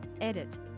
edit